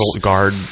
guard